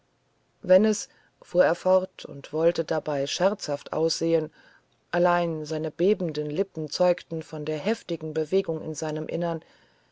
wenn es fuhr er fort und wollte dabei scherzhaft aussehen allein seine bebenden lippen zeugten von der heftigen bewegung in seinem innern